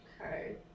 Okay